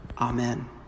Amen